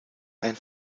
ein